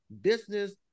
business